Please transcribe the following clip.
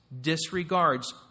disregards